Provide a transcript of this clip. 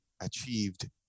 achieved